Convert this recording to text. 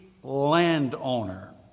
landowner